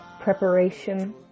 Preparation